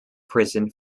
prison